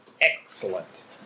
Excellent